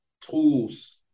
tools